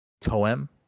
Toem